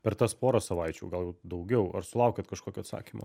per tas porą savaičių gal daugiau ar sulaukėt kažkokio atsakymo